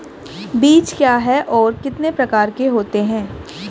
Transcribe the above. बीज क्या है और कितने प्रकार के होते हैं?